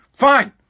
Fine